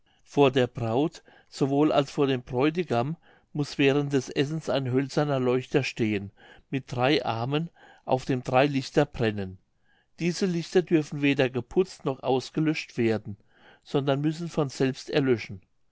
vor der braut sowohl als vor dem bräutigam muß während des essens ein hölzerner leuchter stehen mit drei armen auf dem drei lichter brennen diese lichter dürfen weder geputzt noch ausgelöscht werden sondern müssen von selbst erlöschen